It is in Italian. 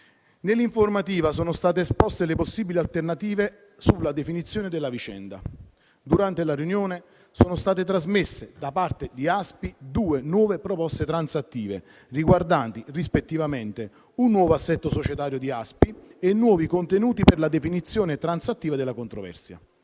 Nell'informativa sono state esposte le possibili alternative sulla definizione della vicenda. Durante la riunione sono state trasmesse da parte di ASPI due nuove proposte transattive riguardanti, rispettivamente, un nuovo assetto societario di ASPI e nuovi contenuti per la definizione transattiva della controversia.